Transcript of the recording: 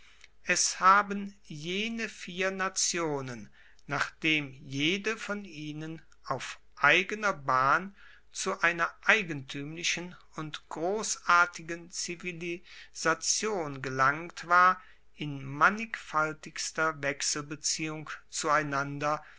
es haben jene vier nationen nachdem jede von ihnen auf eigener bahn zu einer eigentuemlichen und grossartigen zivilisation gelangt war in mannigfaltigster wechselbeziehung zueinander